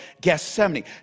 Gethsemane